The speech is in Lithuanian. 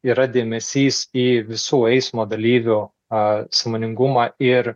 yra dėmesys į visų eismo dalyvių a sąmoningumą ir